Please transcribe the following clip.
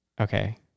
Okay